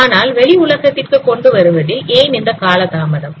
ஆனால் வெளி உலகத்திற்கு கொண்டு வருவதில் ஏன் இந்த கால தாமதம்